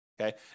okay